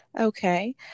Okay